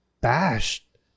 bashed